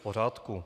V pořádku.